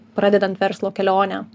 pradedant verslo kelionę